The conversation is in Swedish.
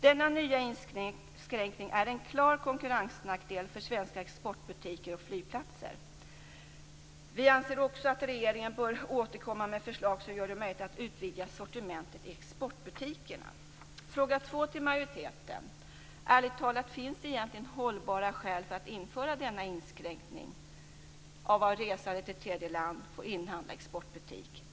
Denna nya inskränkning är en klar konkurrensnackdel för svenska exportbutiker och flygplatser. Vi anser också att regeringen bör återkomma med förslag som gör det möjligt att utvidga sortimentet i exportbutikerna. Min andra fråga till majoriteten är: Finns det, ärligt talat, egentligen hållbara skäl för att införa denna inskränkning när det gäller vad resande till tredje land får inhandla i exportbutik?